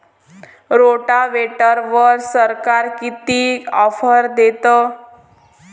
रोटावेटरवर सरकार किती ऑफर देतं?